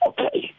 Okay